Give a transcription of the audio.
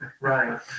Right